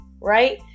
right